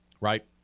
Right